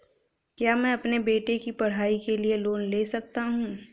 क्या मैं अपने बेटे की पढ़ाई के लिए लोंन ले सकता हूं?